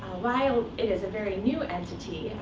while it is a very new entity,